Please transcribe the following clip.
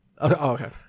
Okay